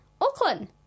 Auckland